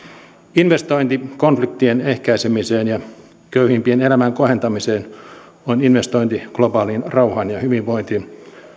investointi konfliktien ehkäisemiseen ja köyhimpien elämän kohentamiseen on investointi globaaliin rauhaan ja ja hyvinvointiin